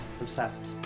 Obsessed